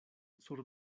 sur